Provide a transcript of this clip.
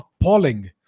appalling